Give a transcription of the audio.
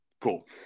cool